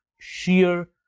sheer